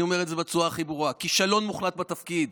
אני אומר את זה בצורה הכי ברורה: כישלון מוחלט בתפקיד,